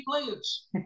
players